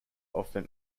often